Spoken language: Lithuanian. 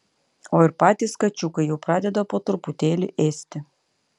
o ir patys kačiukai jau pradeda po truputėlį ėsti